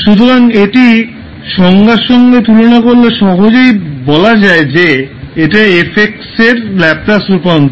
সুতরাং এটি সংজ্ঞার সাথে তুলনা করলে সহজেই বলা যায় যে এটা 𝑓𝑥 এর ল্যাপলাস রূপান্তর